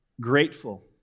grateful